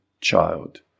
child